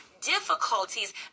difficulties